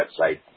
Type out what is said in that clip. website